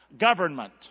government